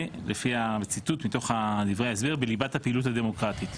לפי הציטוט מתוך דברי ההסבר "בליבת הפעילות הדמוקרטית".